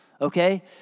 okay